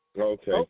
Okay